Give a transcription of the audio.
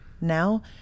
now